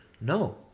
No